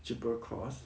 cheaper cost